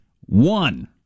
One